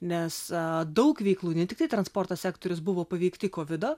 nes daug veiklų ne tiktai transporto sektorius buvo paveikti kovido